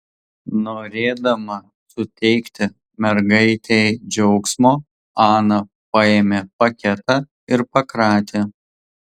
norėdama suteikti mergaitei džiaugsmo ana paėmė paketą ir pakratė